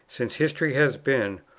since history has been,